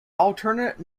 alternate